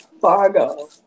Fargo